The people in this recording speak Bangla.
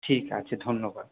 ঠিক আছে ধন্যবাদ